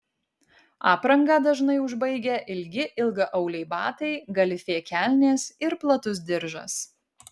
aprangą dažnai užbaigia ilgi ilgaauliai batai galifė kelnės ir platus diržas